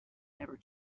never